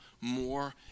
more